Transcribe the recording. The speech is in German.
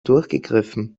durchgegriffen